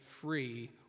free